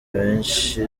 abenshi